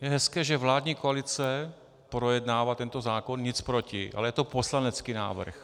Je hezké, že vládní koalice projednává tento zákon, nic proti, ale je to poslanecký návrh.